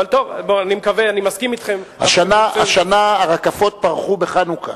השנה הרקפות פרחו בחנוכה.